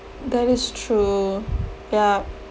that is true ya